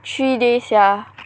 three days sia